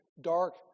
dark